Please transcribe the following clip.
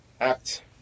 act